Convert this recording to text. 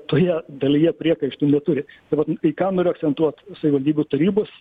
toje dalyje priekaištų neturi tai va į ką noriu akcentuot savivaldybių tarybos